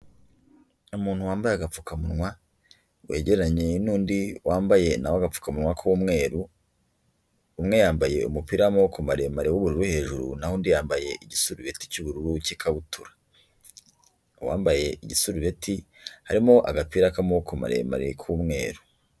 Umuntu wambaye agapfukamunwa, wegeranye n'undi wambaye na we agapfukamunwa k'umweru, umwe yambaye umupira w'amaboko maremare w'ubururu hejuru, na ho undi yambaye igisubeti cy'ubururu cy'ikabutura. Uwambaye igisubireti harimo agapira k'amaboko maremare k'umweru.